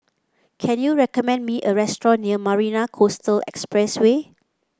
can you recommend me a restaurant near Marina Coastal Expressway